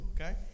okay